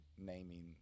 naming